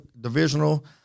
divisional